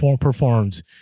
performs